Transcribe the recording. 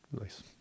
nice